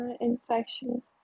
infections